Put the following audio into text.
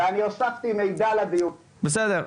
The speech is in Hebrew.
ואני הוספתי מידע לדיון --- בסדר,